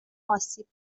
آسیب